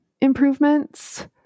improvements